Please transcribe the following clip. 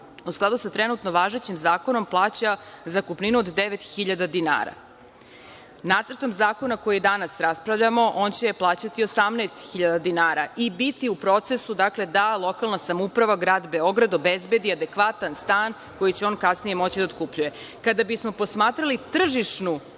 u skladu sa trenutno važećim zakonom, zakupninu od 9.000 dinara. Nacrtom zakona koji danas raspravljamo, on će je plaćati 18.000 dinara i biti u procesu da lokalna samouprava, grad Beograd, obezbedi adekvatan stan koji će on kasnije moći da otkupljuje. Kada bismo posmatrali tržišnu